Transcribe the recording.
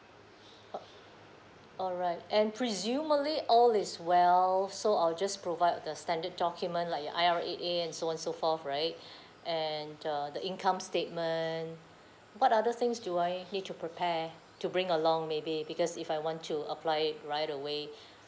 oh alright and presumably all is well so I'll just provide the standard document like the I_R_A_A and so on so forth right and uh the income statement what other things do I need to prepare to bring along maybe because if I want to apply it right away